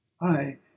I